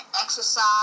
exercise